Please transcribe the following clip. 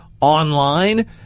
online